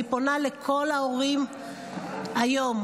אני פונה לכל ההורים היום,